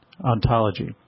ontology